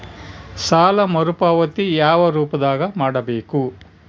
ಸಾಲ ಮರುಪಾವತಿ ಯಾವ ರೂಪದಾಗ ಮಾಡಬೇಕು?